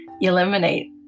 eliminate